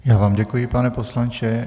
Já vám děkuji, pane poslanče.